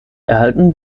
erhalten